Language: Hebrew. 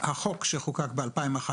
החוק שחוקק ב-2011,